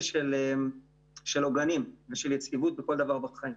של עוגנים ושל יציבות בכל דבר בחיים.